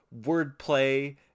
wordplay